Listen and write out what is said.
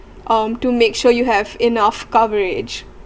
um to make sure you have enough coverage